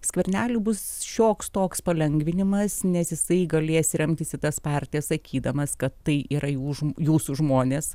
skverneliui bus šioks toks palengvinimas nes jisai galės remtis į tas partijas sakydamas kad tai yra už jūsų žmones